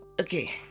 Okay